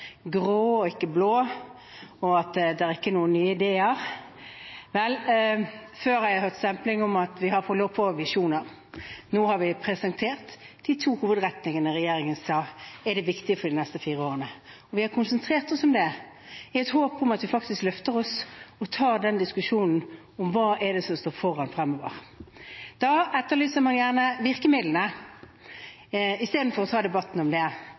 grå og ikke blå, og at det ikke er noen nye ideer. Vel, før har jeg hørt stempling om at vi har for få visjoner. Nå har vi presentert de to hovedretningene regjeringen sa er det viktige for de neste fire årene, og vi har konsentrert oss om det, i et håp om at vi faktisk løfter oss og tar den diskusjonen om hva det er som står foran oss fremover. Da etterlyser man gjerne virkemidlene, istedenfor å ta debatten om det.